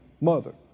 mother